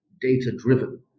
data-driven